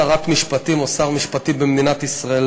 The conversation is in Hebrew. שרת משפטים או שר משפטים במדינת ישראל,